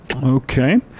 Okay